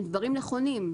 אלה דברים נכונים.